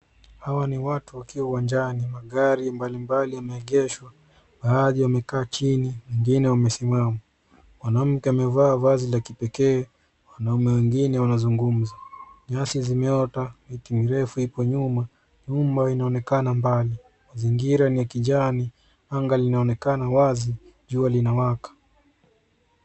Hawa ni watu wakiwa uwajani. Magari mbalimbali yameegeshwa. Baadhi wamekaa chini wengine wamesimama. Mwanamke amevaa vazi la kipekee. Wanaume wengine wanazungumza. Nyasi zimeota. Miti mirefu ipo nyuma. Nyumba inaonekana mbali. Mazingira ni ya kijani. Anga linaonekana wazi. Jua linawaka.